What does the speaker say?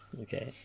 Okay